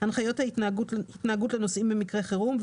הנחיות התנהגות לנוסעים במקרה חירום,